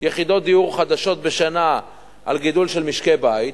יחידות דיור חדשות בשנה על גידול של משקי בית,